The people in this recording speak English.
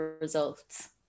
results